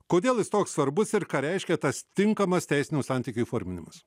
kodėl jis toks svarbus ir ką reiškia tas tinkamas teisinių santykių įforminimas